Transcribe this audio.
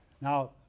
Now